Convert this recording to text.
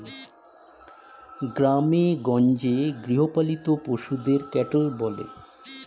গ্রামেগঞ্জে গৃহপালিত পশুদের ক্যাটেল বলে